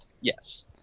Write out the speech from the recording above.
yes